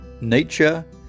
nature